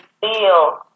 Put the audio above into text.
feel